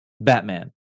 Batman